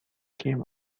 came